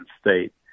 state